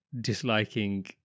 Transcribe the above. disliking